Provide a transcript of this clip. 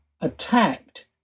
attacked